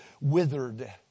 withered